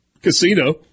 Casino